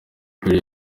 perry